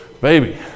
baby